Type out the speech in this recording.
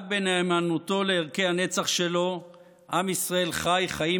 רק בנאמנותו לערכי הנצח שלו עם ישראל חי חיים